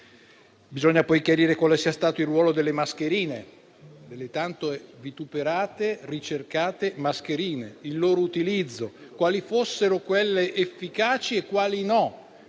Bisogna poi chiarire quale sia stato il ruolo delle mascherine, delle tanto vituperate e ricercate mascherine, il loro utilizzo, quali fossero quelle efficaci e quali no.